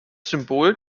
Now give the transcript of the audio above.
symbol